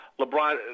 LeBron